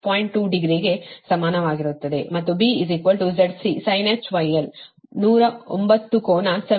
2 degree ಗೆ ಸಮಾನವಾಗಿರುತ್ತದೆ ಮತ್ತು B ZC sinh γl ನೂರ ಒಂಬತ್ತು ಕೋನ 72